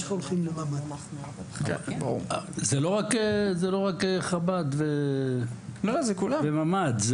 זה לא רק חב"ד וממ"ד.